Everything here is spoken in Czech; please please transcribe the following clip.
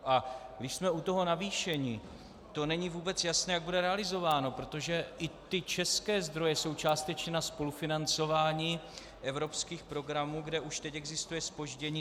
A když jsme u toho navýšení, to není vůbec jasné, jak bude realizováno, protože i ty české zdroje jsou částečně na spolufinancování evropských programů, kde už teď existuje zpoždění.